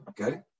Okay